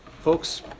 Folks